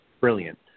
Brilliant